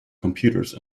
computers